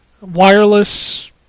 Wireless